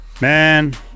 Man